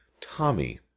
Tommy